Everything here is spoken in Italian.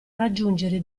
raggiungere